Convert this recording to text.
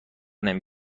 نمی